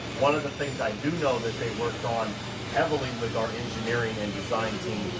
one of the things i do know that they worked on heavily with our engineering and design team,